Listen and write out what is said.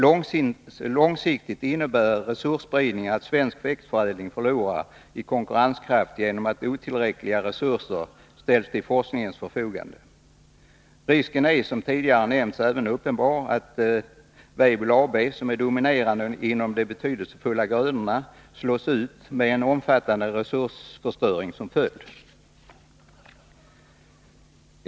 Långsiktigt innebär resursspridningen att svensk växtförädling förlorar i konkurrenskraft genom att otillräckliga resurser ställs till forskningens förfogande. Risken är som tidigare nämnts även uppenbar att Weibull AB, som är dominerande inom de betydelsefulla grödorna, slås ut med omfattande resursförstöring som följd.